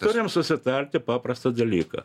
turim susitarti paprastą dalyką